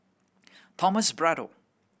Thomas Braddell